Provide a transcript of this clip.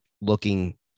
looking